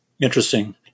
interesting